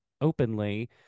openly